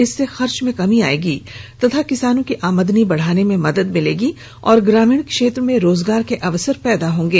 इससे खर्च में कमी आयेगी तथा किसानों की आमदनी बढ़ाने में मदद मिलेगी और ग्रामीण क्षेत्र में रोजगार के अवसर पैदा होंगे